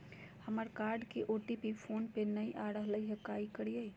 हमर कार्ड के OTP phone पे नई आ रहलई हई, का करयई?